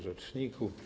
Rzeczniku!